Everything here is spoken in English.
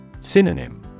Synonym